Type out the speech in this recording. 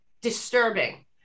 disturbing